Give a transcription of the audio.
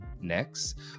next